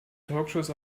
talkshows